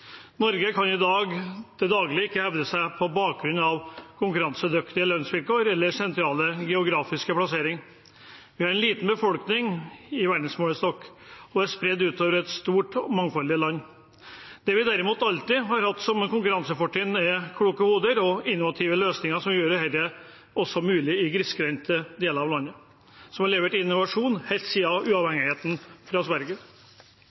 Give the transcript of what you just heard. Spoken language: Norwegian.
Norge kan i dag ikke til daglig hevde seg på bakgrunn av konkurransedyktige lønnsvilkår eller sentral geografisk plassering. Vi har en liten befolkning i verdensmålestokk og er spredt ut over et stort og mangfoldig land. Det vi derimot alltid har hatt som konkurransefortrinn, er kloke hoder og innovative løsninger, som har gjort det mulig for dette grisgrendte landet å levere innovasjon helt siden uavhengigheten fra